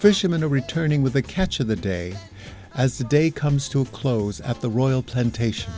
fisherman returning with the catch of the day as the day comes to close at the royal plantation